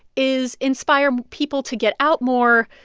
is inspire people to get out more,